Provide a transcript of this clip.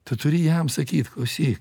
tad turi jam sakyt klausyk